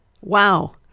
Wow